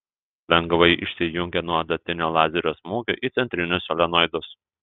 lengvai išsijungia nuo adatinio lazerio smūgio į centrinius solenoidus